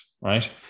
Right